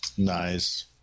Nice